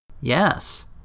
Yes